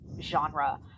genre